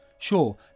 Sure